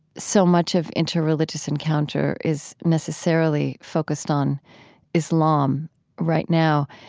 so much of inter-religious encounter is necessarily focused on islam right now.